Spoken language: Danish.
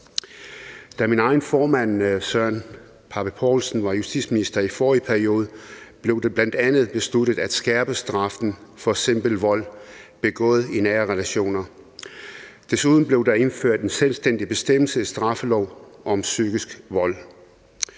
Da min egen formand, Søren Pape Poulsen, var justitsminister i forrige periode, blev det bl.a. besluttet at skærpe straffen for simpel vold begået i nære relationer. Desuden blev der indført en selvstændig bestemmelse i straffeloven om psykisk vold.